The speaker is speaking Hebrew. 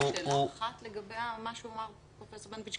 אפשר לשאול שאלה אחת לגבי מה שאמר פרופ' בנטואיץ'?